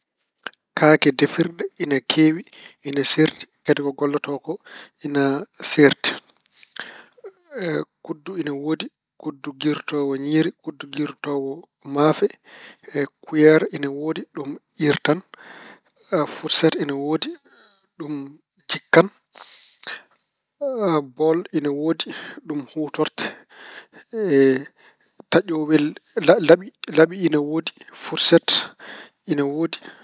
Kaake defirɗe ina keewi ina seerti, kadi golloto ko ina seerti. Kuddu ina woodi, kuddu ngiirtoowo ñiiri, kuddu ina maafe e kuyeer ina woodi, ɗum iirtan. Furset ina woodi ɗum jikkan. bool ina woodi, ɗum huutorte. taƴowel, laɓi- laɓi ina woodi. Furset ina woodi.